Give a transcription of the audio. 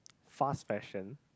fast fashion